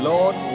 Lord